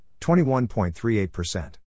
21.38%